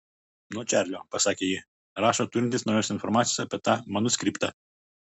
nuo čarlio pasakė ji rašo turintis naujos informacijos apie tą manuskriptą